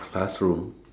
classroom